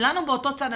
כולנו באותו צד.